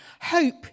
hope